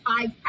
five